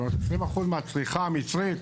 זאת אומרת 20% מהצריכה המצרית